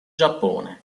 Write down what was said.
giappone